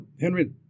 Henry